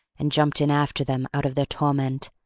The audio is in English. and jumped in after them out of their torment,